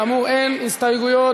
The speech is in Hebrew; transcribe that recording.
כאמור, אין הסתייגויות.